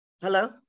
hello